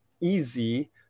easy